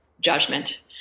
judgment